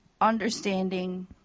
understanding